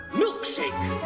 milkshake